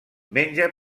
menja